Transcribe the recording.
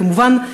כמובן,